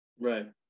Right